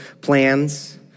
plans